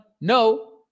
no